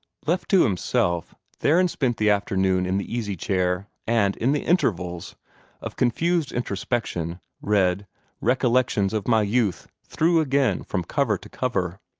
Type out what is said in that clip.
left to himself, theron spent the afternoon in the easy-chair, and, in the intervals of confused introspection, read recollections of my youth through again from cover to cover.